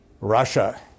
Russia